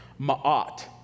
ma'at